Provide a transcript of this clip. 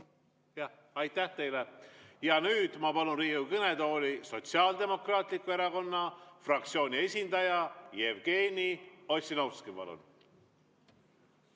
Nüüd ma palun Riigikogu kõnetooli Sotsiaaldemokraatliku Erakonna fraktsiooni esindaja Jevgeni Ossinovski. Palun!